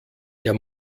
der